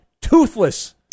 Toothless